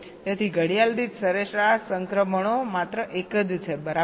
તેથી ઘડિયાળ દીઠ સરેરાશ સંક્રમણો માત્ર એક જ છે બરાબર